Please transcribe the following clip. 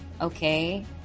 okay